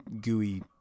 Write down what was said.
gooey